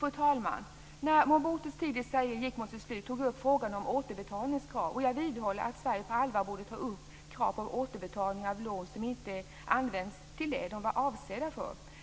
Fru talman! När Mobutus tid i Zaire gick mot sitt slut, tog jag upp frågan om återbetalningskrav. Jag vidhåller att Sverige på allvar borde ta upp krav på återbetalning av lån som inte använts till det de var avsedda för.